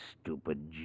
stupid